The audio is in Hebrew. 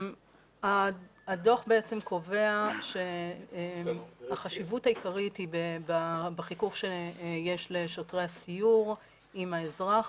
הדוח קובע שהחשיבות העיקרית היא בחיכוך שיש לשוטרי הסיור עם האזרח,